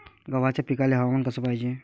गव्हाच्या पिकाले हवामान कस पायजे?